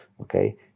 okay